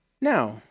Now